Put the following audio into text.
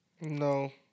No